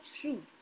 true